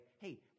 Hey